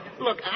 Look